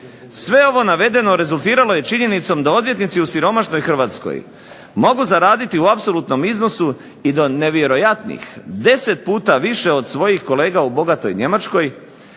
Sve ovo navedeno rezultiralo je činjenicom da odvjetnici u siromašnoj Hrvatskoj mogu zaraditi u apsolutnom iznosu i do nevjerojatnih 10 puta više od svojih kolega u bogatoj Njemačkoj,